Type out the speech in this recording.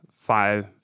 five